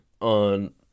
on